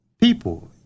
people